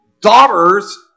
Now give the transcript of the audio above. daughters